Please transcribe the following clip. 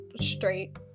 straight